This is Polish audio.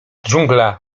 dżungla